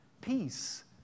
Peace